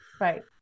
Right